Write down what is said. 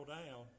down